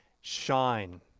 Shine